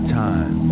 time